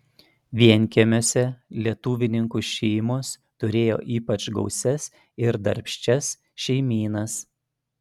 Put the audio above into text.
vienkiemiuose lietuvininkų šeimos turėjo ypač gausias ir darbščias šeimynas